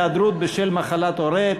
היעדרות בשל מחלת הורה),